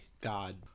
God